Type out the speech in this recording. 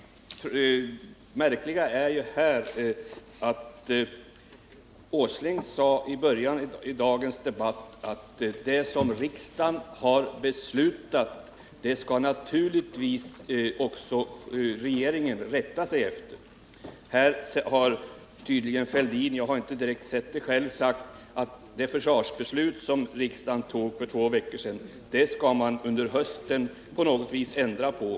Märkligare är att industriminister Åsling i början av dagens debatt sade att det som riksdagen har beslutat, det skall naturligtvis regeringen rätta sig efter, medan statsminister Fälldin här tydligen har sagt — jag har dock inte kontrollerat det — att det försvarsbeslut som riksdagen fattade för två veckor sedan skall man under hösten på något vis ändra på.